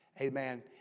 amen